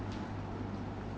but